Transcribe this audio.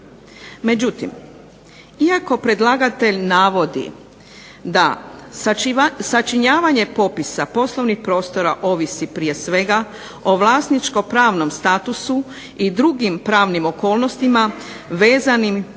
Međutim, iako predlagatelj navodi da sačinjavanje popisa poslovnih prostora ovisi prije svega o vlasničko pravnom statusu i drugim pravnim okolnostima vezanim uz